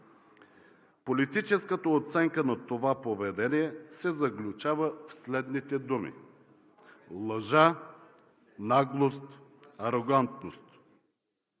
Политическата оценка на това поведение се заключава в следните думи: лъжа, наглост, арогантност.